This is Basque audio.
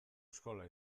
eskola